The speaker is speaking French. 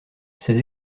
ses